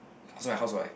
so my house were like